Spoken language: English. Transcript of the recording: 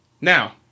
Now